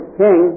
king